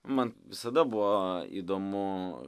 man visada buvo įdomu